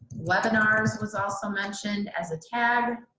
webinars was also mentioned as a tag.